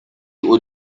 old